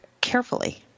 carefully